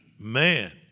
man